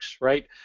right